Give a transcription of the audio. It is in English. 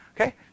Okay